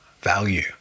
value